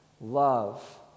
Love